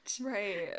right